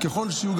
ככל שיהיו,